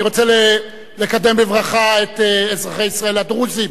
אני רוצה לקדם בברכה את אזרחי ישראל הדרוזים,